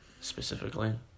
specifically